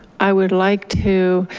i would like to